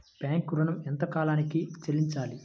Bank ఋణం ఎంత కాలానికి చెల్లింపాలి?